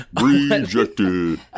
Rejected